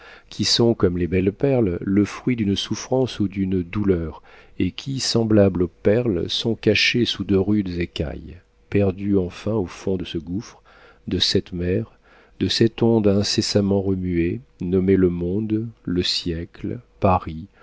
qui sont comme les belles perles le fruit d'une souffrance ou d'une douleur et qui semblables aux perles sont cachées sous de rudes écailles perdues enfin au fond de ce gouffre de cette mer de cette onde incessamment remuée nommée le monde le siècle paris